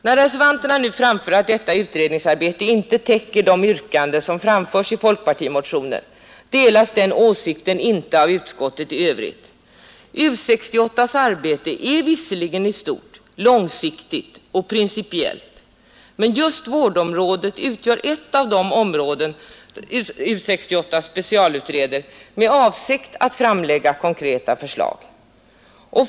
När reservanterna nu anför att detta utredningsarbete inte täcker yrkandena i folkpartimotionen delas den åsikten inte av utskottet i övrigt. U 68:s arbete är visserligen i stort långsiktigt och principiellt, men just vårdområdet utgör ett av de områden U 68 specialutreder med avsikt att framlägga konkreta förslag.